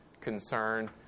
concern